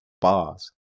bars